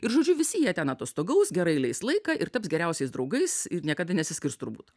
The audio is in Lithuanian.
ir žodžiu visi jie ten atostogaus gerai leis laiką ir taps geriausiais draugais ir niekada nesiskirs turbūt